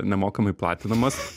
nemokamai platinamas